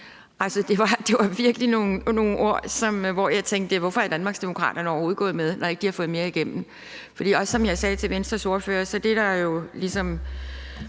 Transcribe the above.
her. Der var virkelig nogle ord, hvor jeg tænkte: Hvorfor er Danmarksdemokraterne overhovedet gået med, når ikke de har fået noget igennem? Som jeg sagde til Venstres ordfører, var det, der ligesom